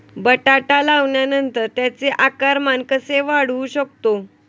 बटाटा लावल्यानंतर त्याचे आकारमान कसे वाढवू शकतो?